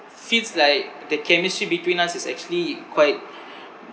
fits like the chemistry between us is actually quite